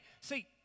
see